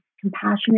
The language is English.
compassionate